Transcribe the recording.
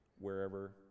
wherever